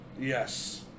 Yes